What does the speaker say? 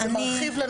זה מרחיב.